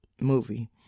movie